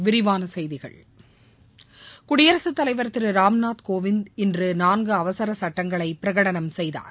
விரிவான செய்திகள் குடியரசுத் தலைவர் திரு ராம்நாத் கோவிந்த் இன்று நான்கு அவசர சுட்டங்களை பிரகடனம் செய்தார்